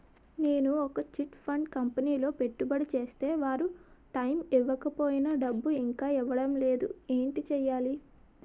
నేను ఒక chit fund కంపెనీలో పెట్టుబడి చేస్తే వారు టైమ్ ఇవ్వకపోయినా డబ్బు ఇంకా ఇవ్వడం లేదు ఏంటి చేయాలి?